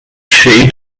she